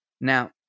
Now